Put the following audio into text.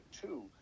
two